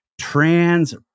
trans